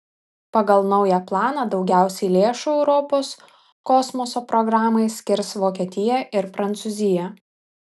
pagal naują planą daugiausiai lėšų europos kosmoso programai skirs vokietija ir prancūzija